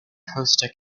costa